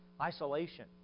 isolation